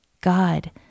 god